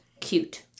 cute